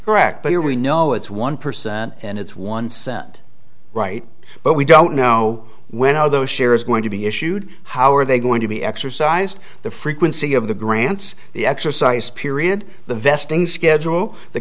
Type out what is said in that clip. correct but here we know it's one percent and it's one cent right but we don't know when how those shares going to be issued how are they going to be exercised the frequency of the grants the exercise period the vesting schedule the